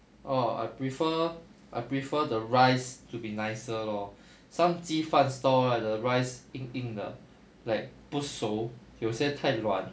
orh I prefer I prefer the rice to be nicer lor some 鸡饭 store right the rice 硬硬的 like 不熟有些太软